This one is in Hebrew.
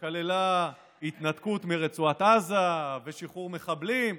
שכללה התנתקות מרצועת עזה ושחרור מחבלים,